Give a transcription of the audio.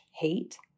hate